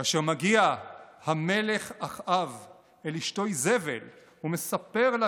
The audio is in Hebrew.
כאשר מגיע המלך אחאב אל אשתו איזבל ומספר לה